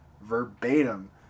verbatim